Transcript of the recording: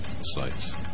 sites